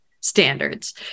standards